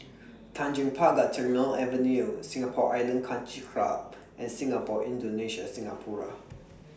Tanjong Pagar Terminal Avenue Singapore Island Country Club and Singapore Indonesia Singapura